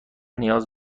نیاز